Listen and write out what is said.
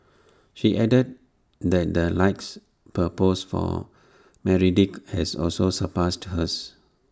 she added that the likes per post for Meredith has also surpassed hers